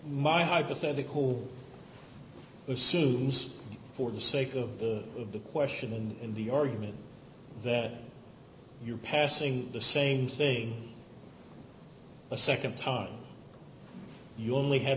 my hypothetical assumes for the sake of the of the question and in the argument that you're passing the same thing a nd time you only ha